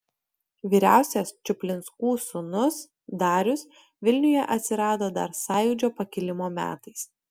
vyriausias čuplinskų sūnus darius vilniuje atsirado dar sąjūdžio pakilimo metais